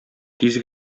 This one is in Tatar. тиз